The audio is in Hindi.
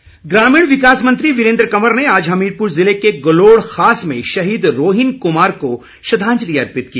श्रद्वांजलि ग्रामीण विकास मंत्री वीरेन्द्र कंवर ने आज हमीरपुर जिले के गलोड़ खास में शहीद रोहिन कुमार को श्रद्वांजलि अर्पित की